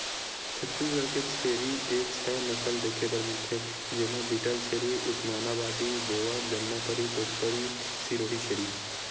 छत्तीसगढ़ म छेरी के छै नसल देखे बर मिलथे, जेमा बीटलछेरी, उस्मानाबादी, बोअर, जमनापारी, तोतपारी, सिरोही छेरी